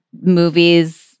movie's